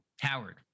howard